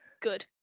good